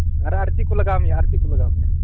ᱟᱨ ᱟᱨ ᱪᱮᱫ ᱞᱟᱜᱟᱣ ᱢᱮᱭᱟ ᱟᱨ ᱪᱮᱫ ᱠᱚ ᱞᱟᱜᱟᱣ ᱢᱮᱭᱟ